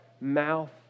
mouth